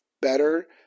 better